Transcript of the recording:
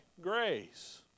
grace